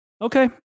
okay